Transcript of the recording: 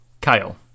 Kyle